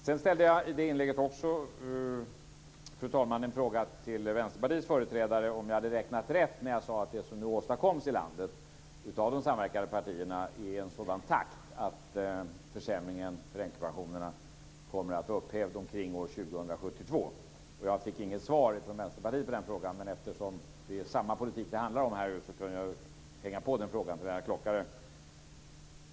Sedan ställde jag i det inlägget också, fru talman, en fråga till Vänsterpartiets företrädare som gällde om jag hade räknat rätt när jag sade att det som nu åstadkoms av de samverkande partierna i landet sker i en sådan takt att försämringen av änkepensionerna kommer att vara upphävd omkring år 2072. Jag fick inget svar från Vänsterpartiet på den frågan, men eftersom det är samma politik det handlar om kan jag hänga på den frågan till Lennart Klockare.